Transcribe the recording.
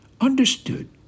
understood